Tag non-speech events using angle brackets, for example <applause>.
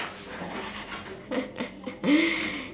<laughs>